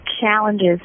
challenges